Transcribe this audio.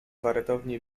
wartowni